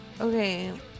Okay